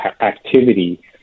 activity